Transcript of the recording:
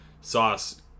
sauce